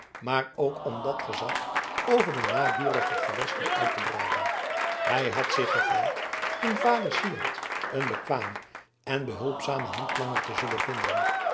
maar ook om dat gezag over de naburige gewesten uit te breiden hij had zich gevleid in vader syard een bekwamen en behulpzamen handlanger te zullen vinden